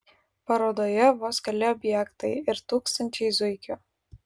parodoje vos keli objektai ir tūkstančiai zuikių